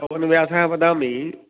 पवनव्यासः वदामि